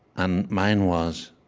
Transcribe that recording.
and mine was,